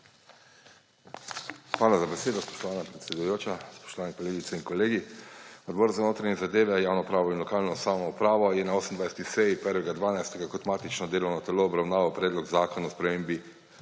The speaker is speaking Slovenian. Hvala za besedo, spoštovana predsedujoča. Spoštovane kolegice in kolegi! Odbor za notranje zadeve, javno upravo in lokalno samoupravo je na 28. seji 1. 12. kot matično delovno telo obravnaval Predlog zakona o spremembi